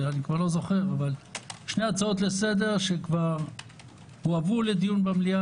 שתי הצעות לסדר שכבר הועברו לדיון במליאה